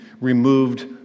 removed